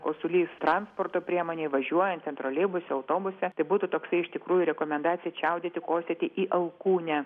kosulys transporto priemonėj važiuojant ten troleibuse autobuse tai būtų toksai iš tikrųjų rekomendacija čiaudėti kosėti į alkūnę